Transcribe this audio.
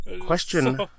Question